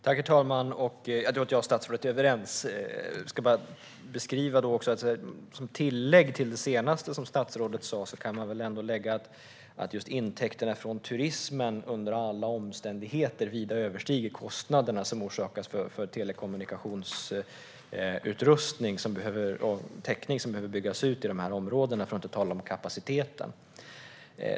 Herr talman! Jag tror att jag och statsrådet är överens. Som tillägg till det sista som statsrådet sa kan man väl lägga att just intäkterna från turismen under alla omständigheter vida överstiger kostnaderna för telekommunikationsutrustning och täckning i dessa områden, för att inte tala om kapaciteten.